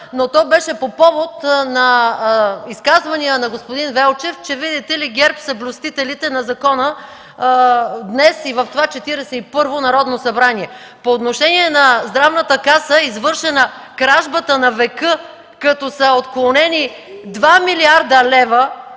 но то беше по повод изказвания на господин Велчев, че, видите ли, ГЕРБ са блюстителите на закона днес и в това Четиридесет и първо Народно събрание. По отношение на Здравната каса е извършена кражбата на века, като са отклонени 2 млрд. лв.